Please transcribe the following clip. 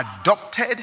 adopted